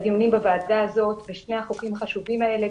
לדיונים בוועדה הזאת בשני החוקים החשובים האלה,